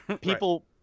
People